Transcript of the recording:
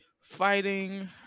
Fighting